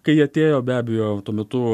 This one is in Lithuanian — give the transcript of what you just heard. kai atėjo be abejo tuo metu